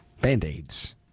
Band-aids